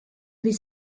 his